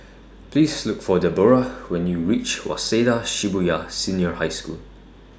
Please Look For Deborrah when YOU REACH Waseda Shibuya Senior High School